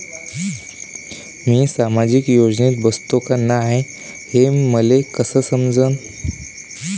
मी सामाजिक योजनेत बसतो का नाय, हे मले कस समजन?